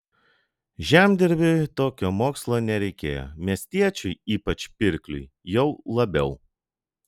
žemdirbiui tokio mokslo nereikėjo miestiečiui ypač pirkliui jau labiau